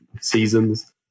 seasons